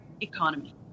economy